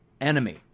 enemy